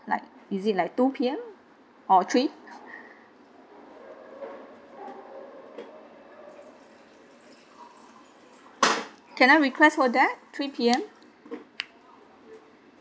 like is it like two P_M or three can I request for that three P_M